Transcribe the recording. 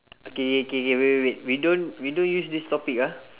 K K K K wait wait wait we don't we don't use this topic ah